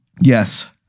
Yes